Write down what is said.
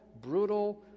brutal